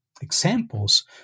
examples